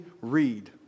read